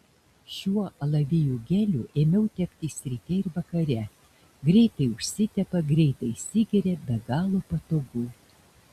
šiuo alavijų geliu ėmiau teptis ryte ir vakare greitai užsitepa greitai įsigeria be galo patogu